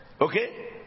Okay